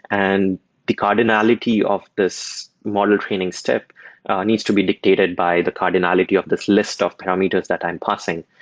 and the cardinality of this model training step needs to be dictated by the cardinality of this list of parameters that i'm parsing.